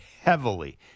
heavily